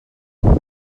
anem